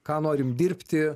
ką norim dirbti